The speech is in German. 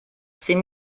zehn